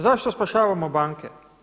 Zašto spašavamo banke?